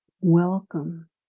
welcome